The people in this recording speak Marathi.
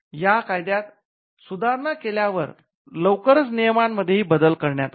या कायद्यात सुधारणा केल्यावर लवकरच नियमांमध्येही बदल करण्यात आले